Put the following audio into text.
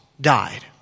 died